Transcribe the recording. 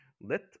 Let